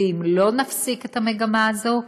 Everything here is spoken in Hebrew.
ואם לא נפסיק את המגמה הזאת,